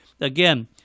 again